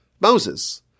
Moses